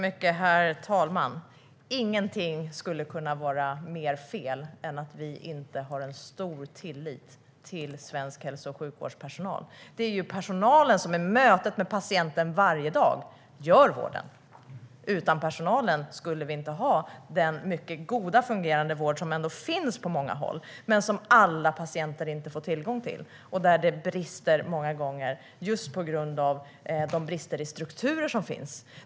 Herr talman! Ingenting skulle kunna vara mer fel än att vi inte har en stor tillit till svensk hälso och sjukvårdspersonal. Det är ju personalen som i mötet med patienter varje dag gör vården. Utan personalen skulle vi inte ha den mycket goda, fungerande vård som ändå finns på många håll men som alla patienter inte får tillgång till. Många gånger brister den just på grund av de brister som finns i strukturer.